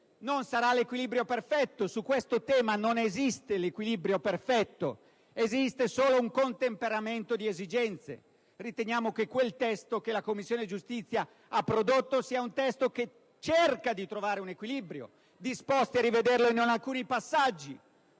non sarà un equilibrio perfetto, anche perché su questo tema non esiste l'equilibrio perfetto ma solo un contemperamento di esigenze. Riteniamo che quel testo che la Commissione giustizia ha prodotto, sia un testo che cerca di trovare un equilibrio, anche se siamo disposti a rivederlo in alcuni passaggi.